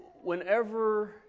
whenever